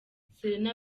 serena